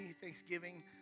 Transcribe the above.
Thanksgiving